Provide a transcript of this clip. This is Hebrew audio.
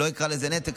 אני לא אקרא לזה נתק,